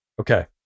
Okay